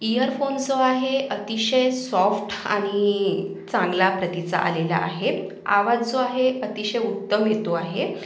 earphone जो आहे अतिशय सॉफ्ट आणि चांगला प्रतीचा आलेला आहे आवाज जो आहे अतिशय उत्तम येतो आहे